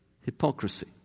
hypocrisy